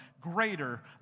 greater